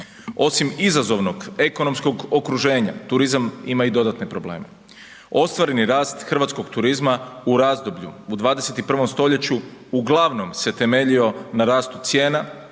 Osim izazovnog ekonomskog okruženja, turizam ima i dodatne probleme, ostvareni rast hrvatskog turizma u razdoblju u 21. stoljeću uglavnom se temeljio na rastu cijena